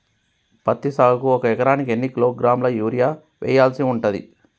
పత్తి సాగుకు ఒక ఎకరానికి ఎన్ని కిలోగ్రాముల యూరియా వెయ్యాల్సి ఉంటది?